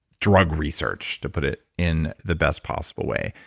drug research, to put it in the best possible way.